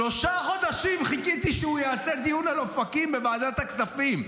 שלושה חודשים חיכיתי שהוא יעשה דיון על אופקים בוועדת הכספים.